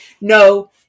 No